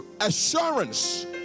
assurance